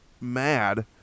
Mad